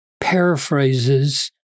paraphrases